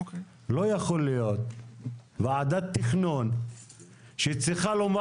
לא יכול להיות שוועדת תכנון שצריכה לומר